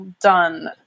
done